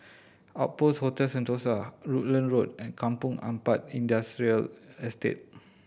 Outpost Hotel Sentosa Rutland Road and Kampong Ampat Industrial Estate